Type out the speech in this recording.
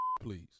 please